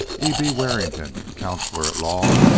e. b. warrington, counsellor at law,